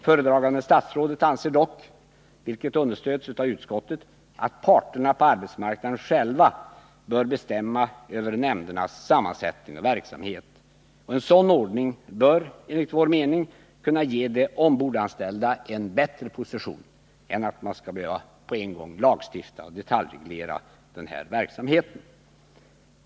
Föredragande statsrådet anser dock, vilket understöds av utskottet, att parterna på arbetsmarknaden själva bör bestämma över nämndernas sammansättning och verksamhet. En sådan ordning bör enligt vår mening kunna ge de ombordanställda en bättre position än om man på en gång skall behöva lagstifta och detaljreglera verksamheten.